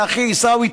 לאחי עיסאווי,